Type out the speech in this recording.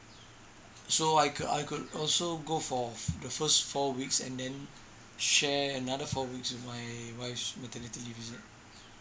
so I could I could also go for the first four weeks and then share another four weeks with my wife's maternity leave is it